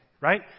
right